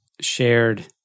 shared